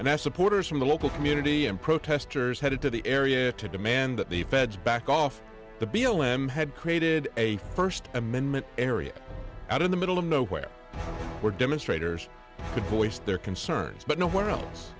as supporters from the local community and protesters headed to the area to demand that the feds back off the b l m had created a first amendment area out in the middle of nowhere where demonstrators voiced their concerns but nowhere else